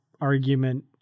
argument